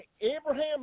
Abraham